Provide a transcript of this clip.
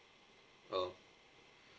oh